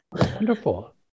Wonderful